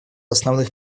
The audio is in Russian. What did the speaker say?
основных